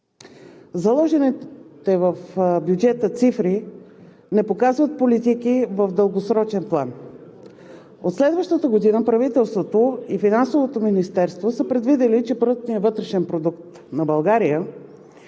Заложените в бюджета цифри не показват политики в дългосрочен план. От следващата година правителството и Финансовото министерство са предвидили, че брутният вътрешен продукт на България